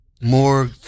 more